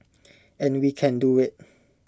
and we can do IT